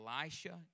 Elisha